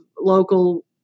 local